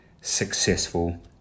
successful